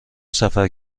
سفر